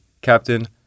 Captain